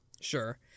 sure